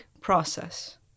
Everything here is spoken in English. process